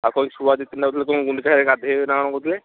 ଆଉ ଛୁଆ ଦୁଇ ତିନିଟା କହୁଥିଲେ କ'ଣ ଗୁଣ୍ଡିଚାଘାଇରେ ଗାଧୋଇବେ ନା କ'ଣ କହୁଥିଲେ